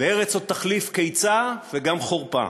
וארץ עוד תחליף קיצה וגם חורפה /